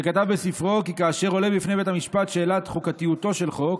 שכתב בספרו כי כאשר עולה בפני בית המשפט שאלת חוקתיותו של חוק,